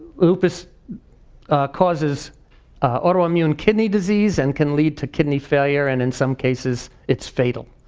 lupus causes autoimmune kidney disease and can lead to kidney failure and in some cases, it's fatal.